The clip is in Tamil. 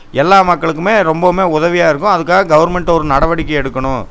எல்லா மக்களுக்குமே ரொம்பவும் உதவியாக இருக்கும் அதுக்காக கவுர்மெண்ட் ஒரு நடவடிக்கை எடுக்கணும்